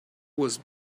was